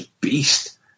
beast